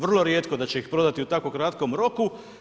Vrlo rijetko da će ih prodati u tako kratkom roku.